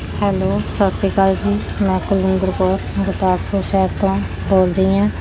hello ਸਤਿ ਸ਼੍ਰੀ ਅਕਾਲ ਜੀ ਮੈਂ ਕੁਲਵਿੰਦਰ ਕੌਰ ਗੁਰਦਾਸਪੁਰ ਸ਼ਹਿਰ ਤੋਂ ਬੋਲਦੀ ਹਾਂ